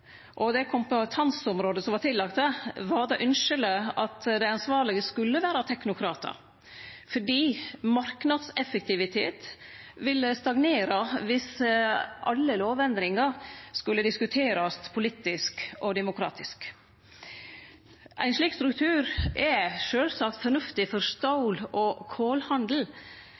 og det kompetanseområdet som var lagt til han, var det ynskjeleg at dei ansvarlege skulle vere teknokratar, for marknadseffektiviteten ville stagnere viss alle lovendringar skulle diskuterast politisk og demokratisk. Ein slik struktur er sjølvsagt fornuftig for stål- og